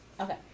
Okay